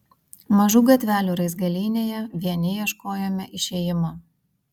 mažų gatvelių raizgalynėje vieni ieškojome išėjimo